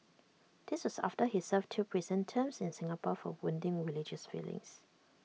this was after he served two prison terms in Singapore for wounding religious feelings